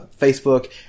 facebook